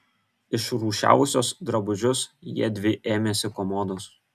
išrūšiavusios drabužius jiedvi ėmėsi komodos